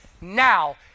now